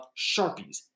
sharpies